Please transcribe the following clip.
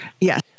Yes